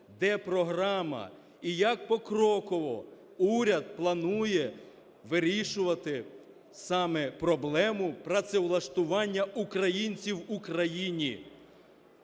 де програма і як покроково уряд планує вирішувати саме проблему працевлаштування українців в Україні.